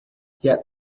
yet